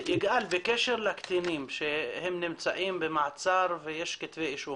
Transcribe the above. יגאל, בקשר לקטינים שנמצאים במעצר ויש כתבי אישום